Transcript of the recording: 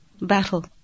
battle